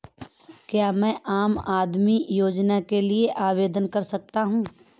क्या मैं आम आदमी योजना के लिए आवेदन कर सकता हूँ?